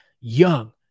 young